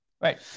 Right